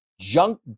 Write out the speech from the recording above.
junk